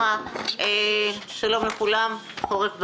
שלום לכולם, חורף בריא.